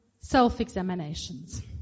self-examinations